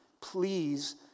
Please